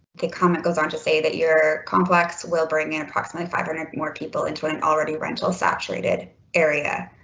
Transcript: ok comma it goes on to say that your complex will bring in approximately five hundred more people into an already rental saturated area.